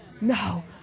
No